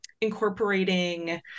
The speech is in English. incorporating